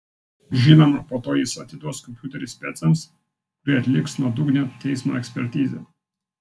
žinoma po to jis atiduos kompiuterį specams kurie atliks nuodugnią teismo ekspertizę